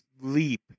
leap